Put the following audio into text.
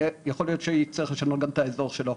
להיות שיצטרך גם לשנות את האזור שלו.